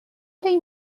این